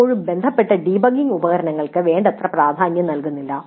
പലപ്പോഴും ബന്ധപ്പെട്ട ഡീബഗ്ഗിംഗ് ഉപകരണങ്ങൾക്ക് വേണ്ടത്ര പ്രാധാന്യം നൽകുന്നില്ല